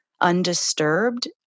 undisturbed